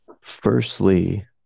firstly